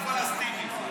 לא מדינה פלסטינית,